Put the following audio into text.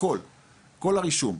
כל הרישום,